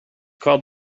called